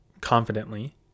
confidently